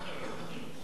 תודה.